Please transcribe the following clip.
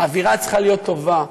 האווירה צריכה להיות טובה.